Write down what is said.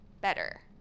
better